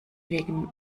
wegen